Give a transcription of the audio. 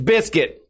Biscuit